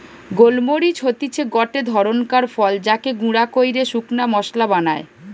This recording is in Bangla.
গোল মরিচ হতিছে গটে ধরণকার ফল যাকে গুঁড়া কইরে শুকনা মশলা বানায়